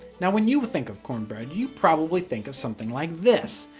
now when you think of cornbread, you probably think of something like this.